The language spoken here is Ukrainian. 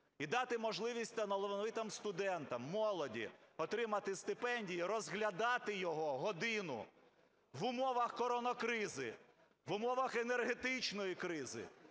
і дати можливість талановитим студентам, молоді отримати стипендії, розглядати його годину в умовах коронакризи, в умовах енергетичної кризи,